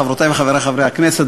חברותי וחברי חברי הכנסת,